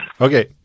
Okay